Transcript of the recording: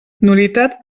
nul·litat